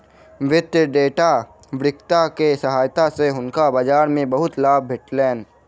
वित्तीय डेटा विक्रेता के सहायता सॅ हुनका बाजार मे बहुत लाभ भेटलैन